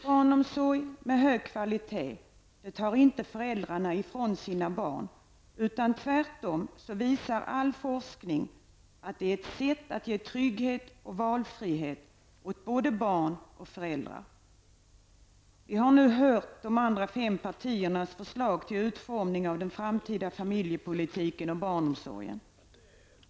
Barnomsorg med hög kvalitet tar inte föräldrarna ifrån sina barn. Tvärtom visar all forskning att det är ett sätt att ge trygghet och valfrihet åt både barn och föräldrar. Vi har nu hört de andra fem partiernas förslag till utformning av den framtida familjepolitiken och barnomsorgen.